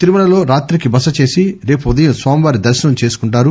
తిరుమలలో రాత్రికి బసచేసి రేపు ఉదయం స్వామివారి దర్శనం చేసుకుంటారు